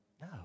no